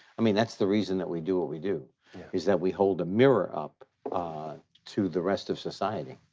i mean, that's the reason that we do what we do is that we hold a mirror up to the rest of society.